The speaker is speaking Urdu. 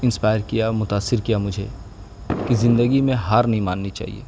انسپائر کیا متاثر کیا مجھے کہ زندگی میں ہار نہیں ماننی چاہیے